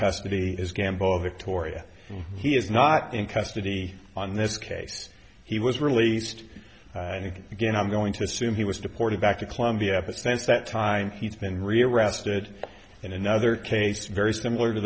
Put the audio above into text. custody is gamble of victoria he is not in custody on this case he was released and again i'm going to assume he was deported back to colombia the sense that time he's been rearrested in another case very similar to